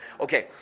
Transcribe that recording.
Okay